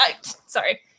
sorry